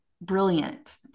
brilliant